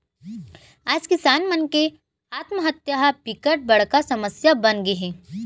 आज किसान मन के आत्महत्या ह बिकट बड़का समस्या बनगे हे